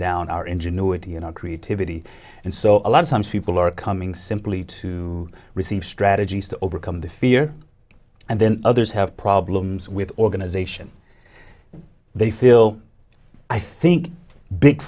down our ingenuity and creativity and so a lot of times people are coming simply to receive strategies to overcome the fear and then others have problems with organization they feel i think big